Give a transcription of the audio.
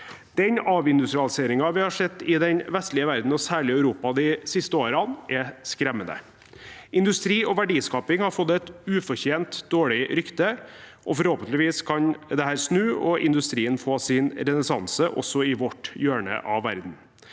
Den avindustrialiseringen vi har sett i den vestlige verden, og særlig i Europa, de siste årene, er skremmende. Industri og verdiskaping har fått et ufortjent dårlig rykte, og forhåpentligvis kan dette snu og industrien få sin renessanse også i vårt hjørne av verden.